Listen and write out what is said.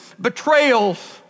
betrayals